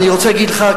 אני רוצה להגיד לך,